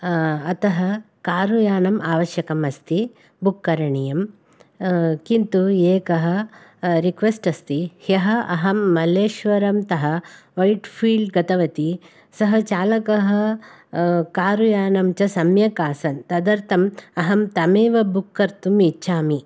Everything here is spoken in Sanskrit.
अतः कार् यानम् आवश्यकम् अस्ति बुक् करणीयं किन्तु एकः रिक्वेस्ट् अस्ति ह्यः अहं मल्लेश्वरं तः वैट् फ़ील्ड् गतवती सः चालकः कार् यानं च सम्यक् आसीन् तदर्थम् अहं तमेव बुक् कर्तुम् इच्छामि